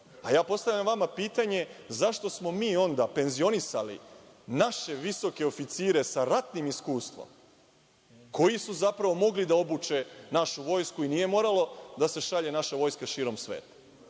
a ja postavljam vama pitanje – zašto smo mi onda penzionisali naše visoke oficire sa ratnim iskustvom, koji su zapravo mogli da obuče našu vojsku i nije morala da se šalje naša vojska širom sveta.